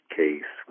case